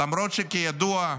למרות שכידוע,